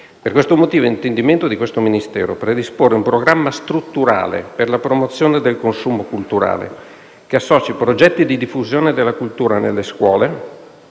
Per questo motivo è intendimento di questo Ministero predisporre un programma strutturale per la promozione del consumo culturale, che associ progetti di diffusione della cultura nelle scuole